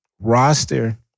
roster